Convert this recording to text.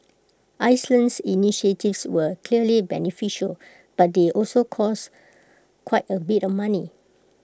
Iceland's initiatives were clearly beneficial but they also cost quite A bit of money